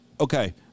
Okay